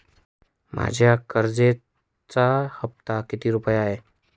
माझ्या कर्जाचा हफ्ता किती रुपये आहे?